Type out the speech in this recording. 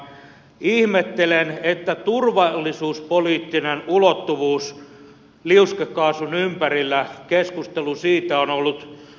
ihmettelen että liuskekaasun ympärillä keskustelu turvallisuuspoliittisesta ulottuvuudesta on ollut olematonta